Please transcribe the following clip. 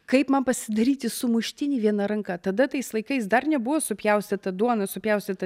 kaip man pasidaryti sumuštinį viena ranka tada tais laikais dar nebuvo supjaustyta duona supjaustyta